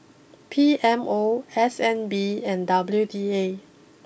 P M O S N B and W D A